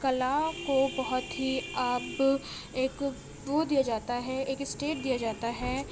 کلا کو بہت ہی اب ایک دیا جاتا ہے ایک اسٹیج دیا جاتا ہے